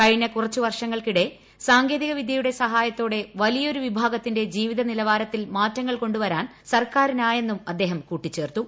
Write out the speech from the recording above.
കഴിഞ്ഞ കുറച്ചൂവ്ർഷങ്ങൾക്കിടെ സങ്കേതികവിദ്യയുടെ സഹായത്തോടെ വലിയൊരു വിഭാഗത്തിന്റെ ജീവിതനിലവാരത്തിൽ മാറ്റങ്ങൾകാണ്ടുവരാൻ സർക്കാരിനായെന്നും അദ്ദേഹം കൂട്ടിച്ചേർത്തു